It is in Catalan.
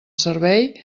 servei